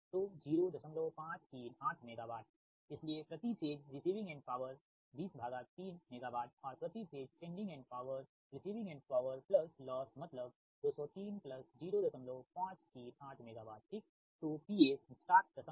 तो 0538 मेगावाट इसलिए प्रति phase receiving end power 203 megawatt और प्रति phase sending end power receiving end power plus loss मतलब 2030538 मेगावाट ठीक